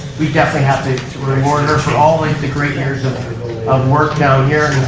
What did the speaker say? we definitely have to reward her for all the great years of um work down here.